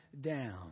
down